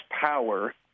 power